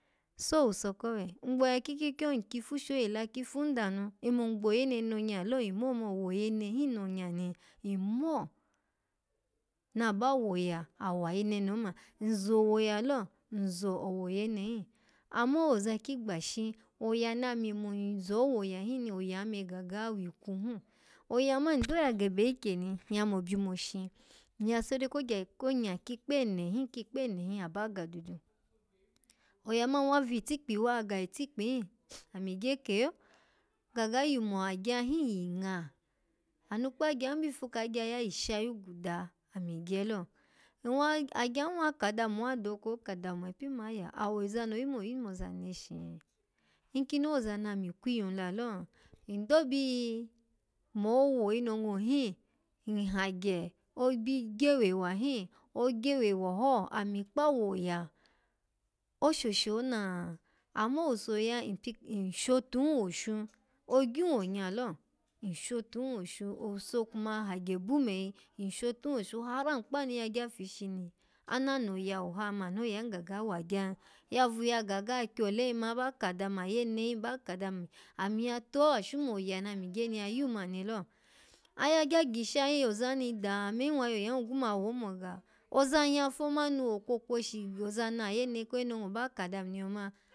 So owuso kowai ngboya kikyikyo, nkyifu sho ela kifun danu, inmun gboyene nonya no, nmmo mani owoyene hin nonya ni inmo naba wonya, awa ayine ni oma nzo woya lo, nzo owoyen hin, amm ozakigbashi. oya nami mun zo woya hin ni, oya me gaga wikwu hun oya man ndo ya gebe ikyeni nyya mo byumoshi nyya sore kogye konya kikpene hin kikpene hin aba ga dudu oya man wavitikpi wa ga itikpi hin, ami gye keyo, gaga yuma agya hin yi ha anu kpa agya hin bifu kagya ya ishayi guda ami gye lo nwwa-agyan wa ka dami, nwwa doka oka dami mani pin mo aya, awo ozani oyun mani oyumoza neshi? Inkini owoza ni ama kwiyun lalo, ndo bi mo woyinongo hin, nhagye obi gyewewa hin, ogyewewa ho, ami kpawo oya oshoshi ona? Ama owuso ya npi nshotu hin oshu, ogyun onya lo, nshotun oshu owuso kuma hagye bumeyi, nshotun oshu hara mi kpanu yagya fishi ni ana yawu ha me ano ya hin gaga wagya ya vu ya gaga kyole hin ma aba ka dami, ayene hin ba ka dami, ami ya tawashn moya nami gye ni ya yun mani lo ayagya gishayi ozani dame hin nwwa yoyan ogwu mawo omo ga, ozani nyya fo mani wokwokwoshi goza ni ayene koyi nongo ba ka dami ni yoma.